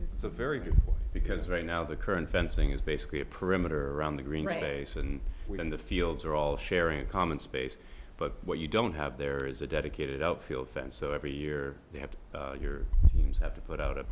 it's a very good because right now the current fencing is basically a perimeter around the green space and within the fields are all sharing a common space but what you don't have there is a dedicated outfield fence so every year you have to your teams have to put out a